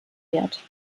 wert